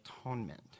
atonement